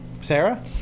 Sarah